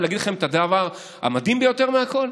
ולהגיד לכם את הדבר המדהים ביותר מכול,